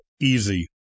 easy